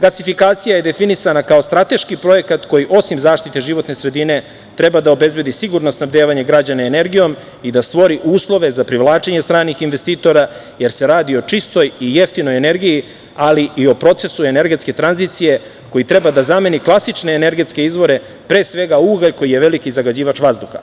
Gasifikacija je definisana kao strateški projekat koji, osim zaštite životne sredine, treba da obezbedi sigurna snabdevanja građana energijom i da stvori uslove za privlačenje stranih investitora, jer se radi o čistoj i jeftinoj energiji, ali i o procesu energetske tranzicije koji treba da zameni klasične energetske izvore, pre svega ugalj koji je veliki zagađivač vazduha.